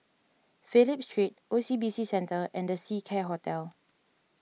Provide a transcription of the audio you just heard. Phillip Street O C B C Centre and the Seacare Hotel